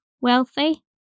wealthy